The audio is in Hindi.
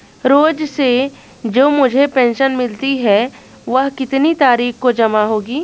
रोज़ से जो मुझे पेंशन मिलती है वह कितनी तारीख को जमा होगी?